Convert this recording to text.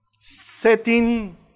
setting